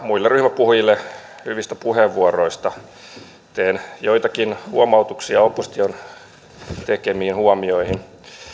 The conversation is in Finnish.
muille ryhmäpuhujille hyvistä puheenvuoroista teen joitakin huomautuksia opposition tekemiin huomioihin